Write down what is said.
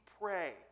pray